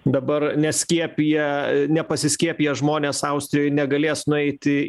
dabar neskiepija nepasiskiepiję žmonės austrijoj negalės nueiti